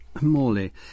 Morley